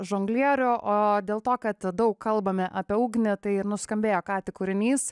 žonglierių o dėl to kad daug kalbame apie ugnį tai ir nuskambėjo ką tik kūrinys